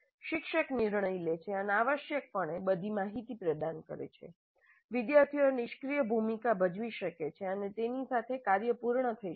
શિક્ષક નિર્ણય લે છે અને આવશ્યકપણે બધી માહિતી પ્રદાન કરે છે વિદ્યાર્થીઓ નિષ્ક્રીય ભૂમિકા ભજવી શકે છે અને તેની સાથે કાર્ય પૂર્ણ થઈ શકે છે